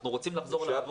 אנחנו רוצים לחזור לעבוד,